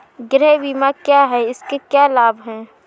गृह बीमा क्या है इसके क्या लाभ हैं?